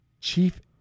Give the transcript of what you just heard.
chief